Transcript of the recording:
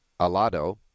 Alado